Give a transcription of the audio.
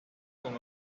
con